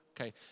Okay